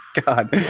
God